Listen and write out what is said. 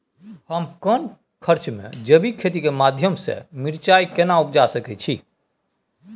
हम कम खर्च में जैविक खेती के माध्यम से मिर्चाय केना उपजा सकेत छी?